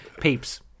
Peeps